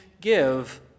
give